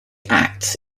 act